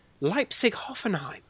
Leipzig-Hoffenheim